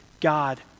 God